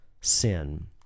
sin